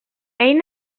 ell